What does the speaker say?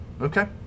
Okay